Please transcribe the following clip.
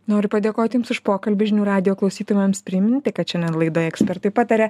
noriu padėkoti jums už pokalbį žinių radijo klausytojams priminti kad šiandien laidoje ekspertai pataria